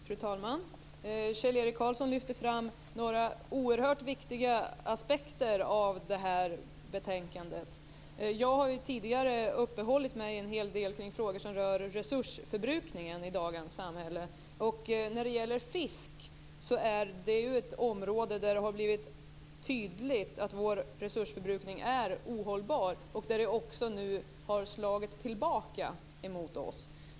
Fru talman! Kjell-Erik Karlsson lyfte fram några oerhört viktiga aspekter av betänkandet. Jag har tidigare uppehållit mig en hel del kring frågor som rör resursförbrukningen i dagens samhälle. Fisket är ett område där det har blivit tydligt att vår resursförbrukning är ohållbar. Där har det också nu slagit tillbaka mot oss.